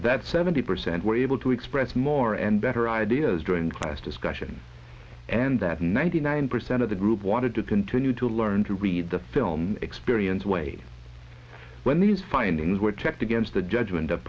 that seventy percent were able to express more and better ideas during class discussion and that ninety nine percent of the group wanted to continue to learn to read the film experience weighed when these findings were checked against the judg